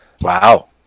Wow